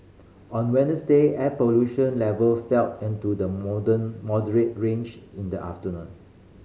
on Wednesday air pollution level fell into the modern moderate range in the afternoon